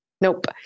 Nope